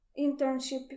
internship